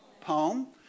Poem